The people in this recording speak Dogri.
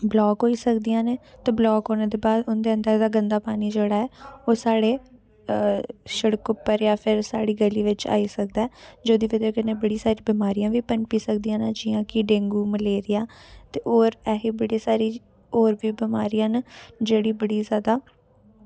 ब्लाक होई सकदियां न ते ब्लाक होने दे बाद उं'दे अंदर दा गंदा पानी जेह्ड़ा ऐ ओह् साढ़े शिड़क उप्पर जां फिर साढ़ी गली बिच्च आई सकदा ऐ जेह्दी बजह् कन्नै बड़ी सारी बमारियां बी पनपी सकदियां न जि'यां कि डेंगू मलेरिया ते होर ऐसे बड़े सारे होर बी बमारियां न जेह्ड़ियां बड़ियां जादा